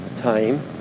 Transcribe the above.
time